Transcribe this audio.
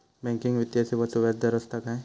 Banking वित्तीय सेवाचो व्याजदर असता काय?